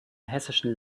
hessischen